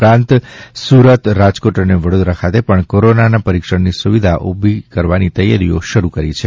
તેમજ સુરત રાજકોટ ને વડોદરા ખાતે પણ કોરોનાના પરિક્ષણની સુવિધા ઉભી કરવાની તૈયારીઓ શરૂ કરી છે